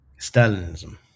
Stalinism